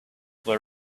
were